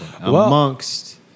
Amongst